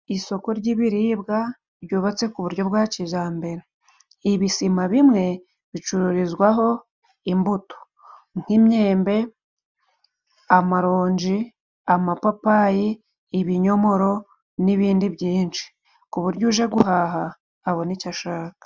Isoko ry'ibiribwa ryubatse ku buryo bwa kijambere, ibisima bimwe bicururizwaho imbuto nk'imyembe, amaronji, amapapayi, ibinyomoro n'ibindi byinshi ku buryo uje guhaha abona icyo ashaka.